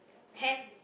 ham